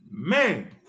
Man